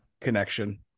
connection